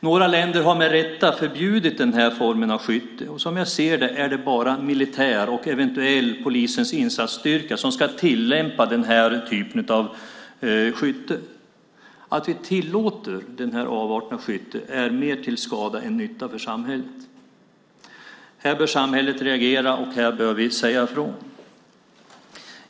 Några länder har med rätta förbjudit den här formen av skytte, och som jag ser det är det bara militären och eventuellt polisens insatsstyrka som ska tillämpa denna typ av skytte. Att vi tillåter den här avarten av skytte är mer till skada än nytta för samhället. Här bör samhället reagera, och här bör vi säga ifrån.